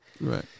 Right